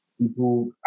people